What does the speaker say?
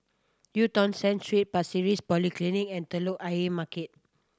Eu Tong Sen Street Pasir Ris Polyclinic and Telok Ayer Market